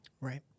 Right